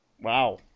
Wow